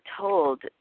told